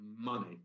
money